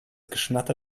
geschnatter